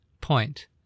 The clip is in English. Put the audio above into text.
point